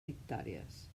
hectàrees